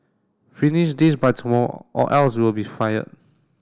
finish this by tomorrow or else you'll be fired